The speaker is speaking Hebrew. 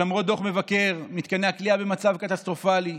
למרות דוח המבקר מתקני הכליאה במצב קטסטרופלי,